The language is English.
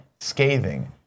scathing